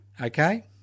Okay